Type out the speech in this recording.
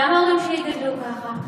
גם ההורים שלי גדלו ככה,